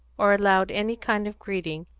or allowed any kind of greeting,